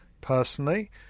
personally